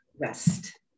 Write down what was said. rest